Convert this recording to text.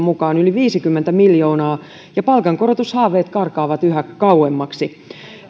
mukaan yli viisikymmentä miljoonaa ja palkankorotushaaveet karkaavat yhä kauemmaksi